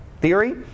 theory